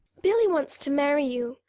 billy wants to marry you.